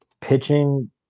pitching